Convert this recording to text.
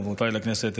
חברותיי לכנסת,